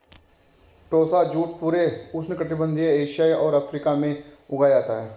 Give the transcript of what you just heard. टोसा jute पूरे उष्णकटिबंधीय Asia और अफ्रीका में उगाया जाता है